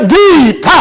deep